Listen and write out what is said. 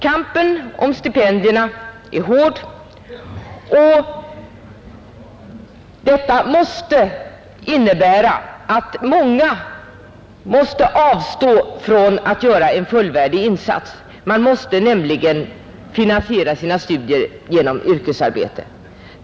Kampen om stipendierna är hård, och det måste innebära att många tvingas avstå från att göra en fullvärdig insats — de måste nämligen finansiera sina studier genom yrkesarbete.